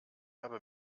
habe